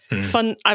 Fun